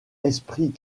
esprit